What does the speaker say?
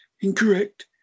Incorrect